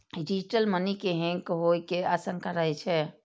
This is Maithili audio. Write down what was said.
डिजिटल मनी के हैक होइ के आशंका रहै छै